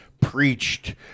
preached